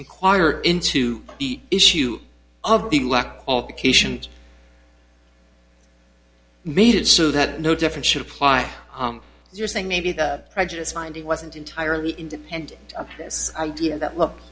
inquire into the issue of the lack of occasion made it so that no difference should apply you're saying maybe the prejudice finding wasn't entirely independent of this idea that